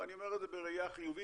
ואני אומר את זה בראייה חיובית,